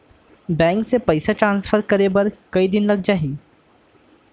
Bank से पइसा transfer करे बर कई दिन लग जाही?